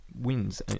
wins